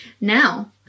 Now